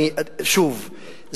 שוב,